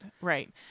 right